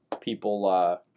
people